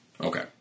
Okay